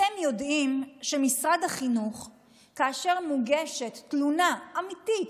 אתם יודעים שכאשר מוגשת תלונה אמיתית,